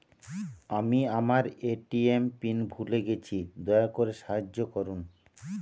আমি আমার ATM PIN ভুলে গেছি, দয়া করে সাহায্য করুন